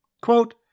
Quote